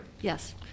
yes